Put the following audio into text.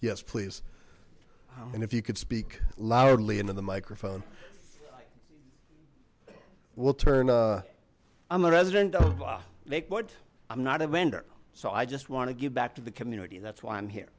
yes please and if you could speak loudly into the microphone will turn i'm a resident of lakewood i'm not a vendor so i just want to give back to the community that's why i'm here